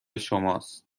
شماست